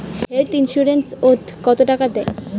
Health insurance ওত কত টাকা দেয়?